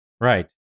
Right